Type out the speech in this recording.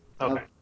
Okay